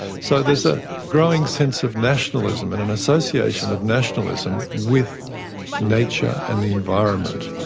so there's a growing sense of nationalism and an association of nationalism with nature and the environment.